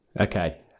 Okay